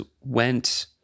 went